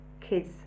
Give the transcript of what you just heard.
kids